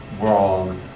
wrong